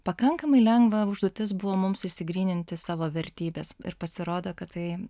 pakankamai lengva užduotis buvo mums išsigryninti savo vertybes ir pasirodo kad tai